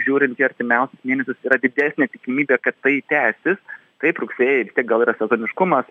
žiūrint į artimiausius mėnesius yra didesnė tikimybė kad tai tęsis taip rugsėjį gal yra sezoniškumas